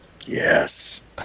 Yes